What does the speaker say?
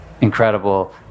incredible